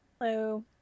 Hello